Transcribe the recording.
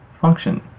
function